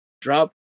drop